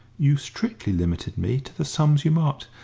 you strictly limited me to the sums you marked.